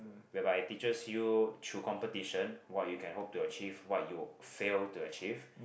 whereby teaches you through competition what you can hope to achieve what you fail to achieve